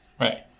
Right